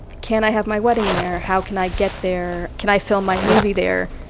can i have my wedding there? how can i get there? can i film my movie there?